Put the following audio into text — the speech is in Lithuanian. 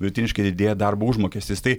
vidutiniškai didėja darbo užmokestis tai